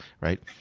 right